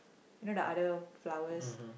you know the other flowers